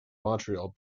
montreal